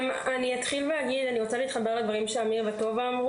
אני רוצה להתחבר לדבריהם של אמיר וטובה.